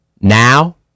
Now